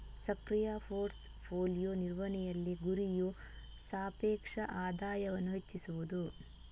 ಸಕ್ರಿಯ portfolio ನಿರ್ವಹಣೆಯಲ್ಲಿ, ಗುರಿಯು ಸಾಪೇಕ್ಷ ಆದಾಯವನ್ನು ಹೆಚ್ಚಿಸುವುದು